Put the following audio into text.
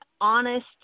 honest